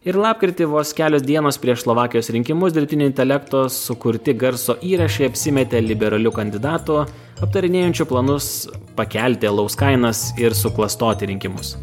ir lapkritį vos kelios dienos prieš slovakijos rinkimus dirbtinio intelekto sukurti garso įrašai apsimetė liberaliu kandidatu aptarinėjančiu planus pakelti alaus kainas ir suklastoti rinkimus